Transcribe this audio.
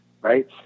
right